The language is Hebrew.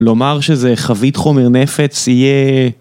לומר שזה חבית חומר נפץ יהיה...